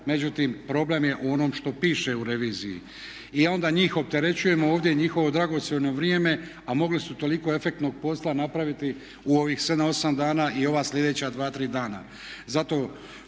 međutim problem je u onom što piše u reviziji. I onda njih opterećujemo ovdje, njihovo dragocjeno vrijeme a mogli su toliko efektnog posla napraviti u ovih 7,8 dana i ova slijedeća 2, 3 dana. Zato